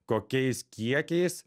kokiais kiekiais